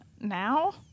now